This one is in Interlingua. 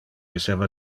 esseva